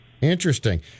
Interesting